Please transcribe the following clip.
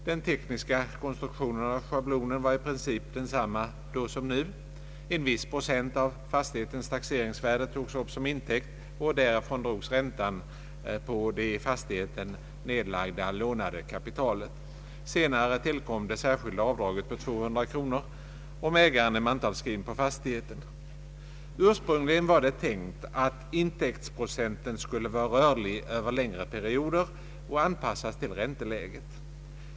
Den tekniska konstruktionen av schablonen var i princip densamma som nu: en viss procent av fastighetens taxeringsvärde togs upp som intäkt, och därifrån drogs räntan på det i fastigheten nedlagda lånade kapitalet. Senare tillkom det särskilda avdraget på 200 kronor, om ägaren är mantalsskriven på fastigheten. Ursprungligen var det tänkt att intäktsprocenten skulle vara rörlig över längre perioder och anpassas till ränteläget.